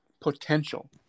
potential